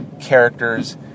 characters